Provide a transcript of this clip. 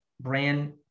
brand